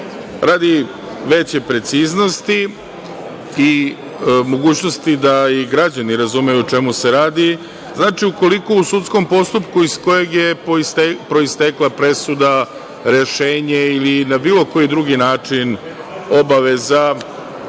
veće preciznosti i mogućnosti da i građani razumeju o čemu se radi, ukoliko u sudskom postupku iz kojeg je proistekla presuda, rešenje ili na bilo koji drugi način obaveza